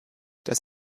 das